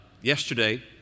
Yesterday